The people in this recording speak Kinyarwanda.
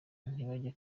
ntibajye